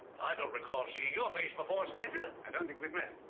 i don't recall seeing your face before stranger. i don't think we've met.